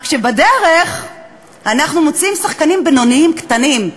רק שבדרך אנחנו מוציאים שחקנים בינוניים קטנים: